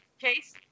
Case